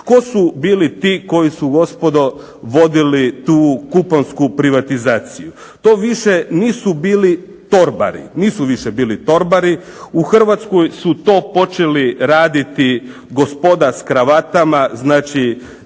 Tko su bili ti koji su gospodo vodili tu kuponsku privatizaciju? To više nisu bili torbari, nisu više bili torbari. U Hrvatskoj su to počeli raditi gospoda sa kravatama. Znači,